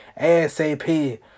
ASAP